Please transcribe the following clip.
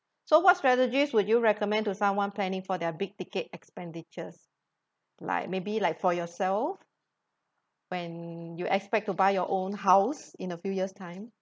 so what strategies would you recommend to someone planning for their big ticket expenditures like maybe like for yourself when you expect to buy your own house in a few years time